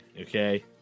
okay